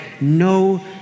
no